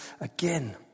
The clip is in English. again